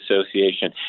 Association